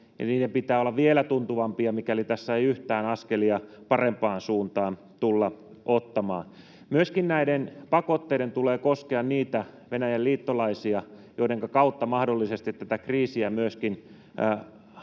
niiden pitää olla vielä tuntuvampia, mikäli tässä ei yhtään askelia parempaan suuntaan tulla ottamaan. Näiden pakotteiden tulee koskea myöskin niitä Venäjän liittolaisia, joidenka kautta tätä kriisiä mahdollisesti myöskin asetetaan